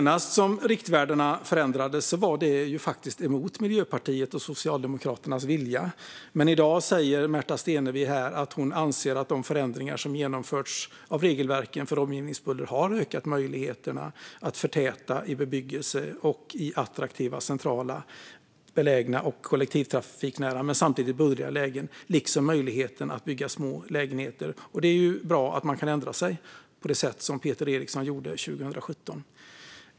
När riktvärdena senast förändrades skedde det faktiskt mot Miljöpartiets och Socialdemokraternas vilja. Men i dag säger Märta Stenevi att hon anser att de förändringar som genomförts av regelverken för omgivningsbuller har ökat möjligheterna att förtäta bebyggelsen i attraktiva, centralt belägna och kollektivtrafiknära men samtidigt bullriga lägen, liksom möjligheterna att bygga små lägenheter. Det är bra att man kan ändra sig, så som Peter Eriksson gjorde 2017.